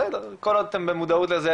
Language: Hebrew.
בסדר כל עוד אתם במודעות לזה